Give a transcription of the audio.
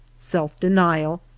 self-denial,